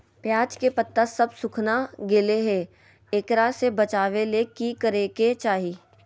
प्याज के पत्ता सब सुखना गेलै हैं, एकरा से बचाबे ले की करेके चाही?